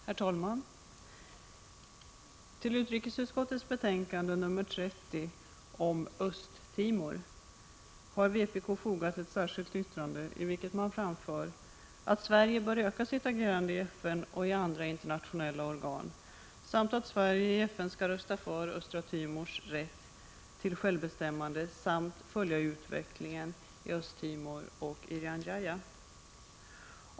Herr talman! Till utrikesutskottets betänkande 30 om Östra Ttimor har vpk fogat ett särskilt yttrande i vilket man anför att Sverige bör öka sitt agerande i FN och i andra internationella organ, att Sverige i FN skall rösta för Östra Timors rätt till självbestämmande och vidare skall följa utvecklingen i Östra Timor och Irian Jaya.